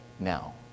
Now